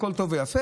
הכול טוב ויפה,